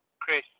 Chris